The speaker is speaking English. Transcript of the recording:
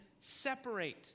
separate